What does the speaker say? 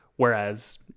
Whereas